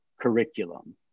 curriculum